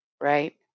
right